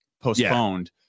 postponed